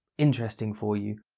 interesting for you.